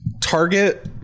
Target